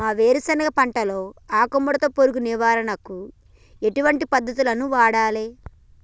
మా వేరుశెనగ పంటలో ఆకుముడత పురుగు నివారణకు ఎటువంటి పద్దతులను వాడాలే?